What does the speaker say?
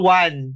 one